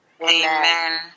Amen